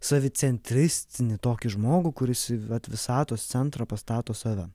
savi centristinį tokį žmogų kuris į vat visatos centrą pastato save